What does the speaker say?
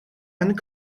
and